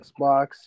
Xbox